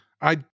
I-